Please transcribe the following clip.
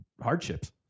hardships